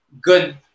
Good